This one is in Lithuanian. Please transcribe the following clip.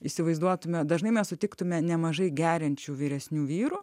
įsivaizduotumėme dažnai mes sutiktumėme nemažai geriančių vyresnių vyrų